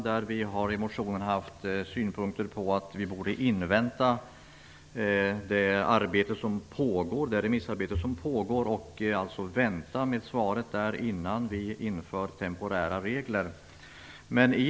Där har vi i motionen haft synpunkter på att man borde invänta det remissarbete som pågår och vänta med svaret innan vi inför temporära regler.